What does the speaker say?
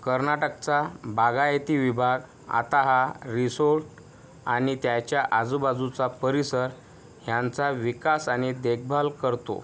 कर्नाटकचा बागायती विभाग आता हा रिसोर्ट आणि त्याच्या आजूबाजूचा परिसर ह्यांचा विकास आणि देखभाल करतो